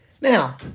Now